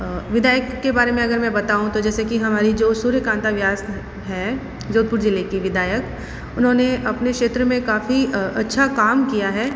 विधायक के बारे अगर मैं बताऊँ तो जैसे कि हमारी जो सूर्यकांता व्यास है जोधपुर जिले के विधायक उन्होंने अपने क्षेत्र में काफ़ी अच्छा काम किया है